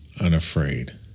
unafraid